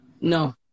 no